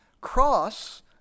cross